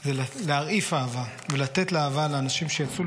היא להרעיף אהבה ולתת אהבה לאנשים שיצאו